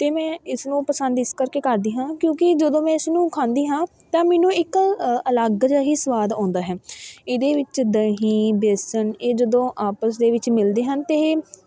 ਅਤੇ ਮੈਂ ਇਸਨੂੰ ਪਸੰਦ ਇਸ ਕਰਕੇ ਕਰਦੀ ਹਾਂ ਕਿਉਂਕਿ ਜਦੋਂ ਮੈਂ ਇਸਨੂੰ ਖਾਂਦੀ ਹਾਂ ਤਾਂ ਮੈਨੂੰ ਇੱਕ ਅਲੱਗ ਜਿਹਾ ਹੀ ਸਵਾਦ ਆਉਂਦਾ ਹੈ ਇਹਦੇ ਵਿੱਚ ਦਹੀਂ ਵੇਸਣ ਇਹ ਜਦੋਂ ਆਪਸ ਦੇ ਵਿੱਚ ਮਿਲਦੇ ਹਨ ਤਾਂ ਇਹ